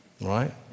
Right